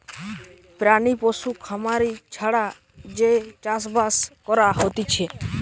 প্রাণী পশু খামারি ছাড়া যে চাষ বাস করা হতিছে